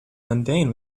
mundane